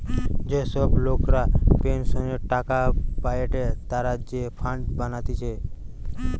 যে সব লোকরা পেনসনের টাকা পায়েটে তারা যে ফান্ড বানাতিছে